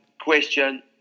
question